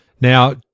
Now